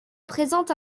présente